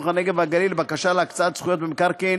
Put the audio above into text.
הנגב והגליל בקשה להקצאת זכויות במקרקעין